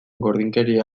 gordinkeria